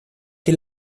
que